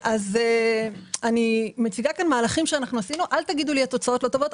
אל תגידו לי שהתוצאות לא טובות,